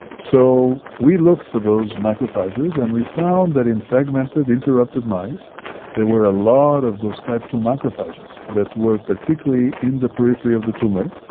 so we looked for those macrophages and we found that in fragmented interrupted mice there were a lot of those type two macrophages that were particularly in the periphery of the tumour,